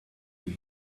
you